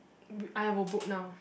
b~ I will book now